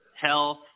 health